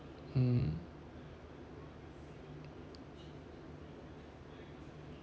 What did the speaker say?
mm